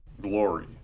glory